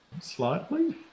slightly